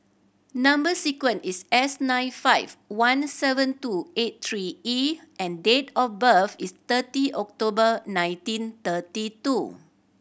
number sequence is S nine five one seven two eight three E and date of birth is thirty October nineteen thirty two